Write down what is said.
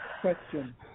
question